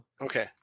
Okay